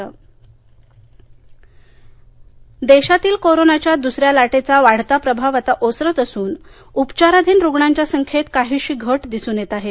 देश कोविड देशातील कोरोनाच्या दुसऱ्या लाटेचा वाढता प्रभाव आता ओसरत असून उपचाराधीन रुग्णांच्या संख्येत काहीशी घट दिसून येत आहे